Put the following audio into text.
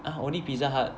!huh! only Pizza Hut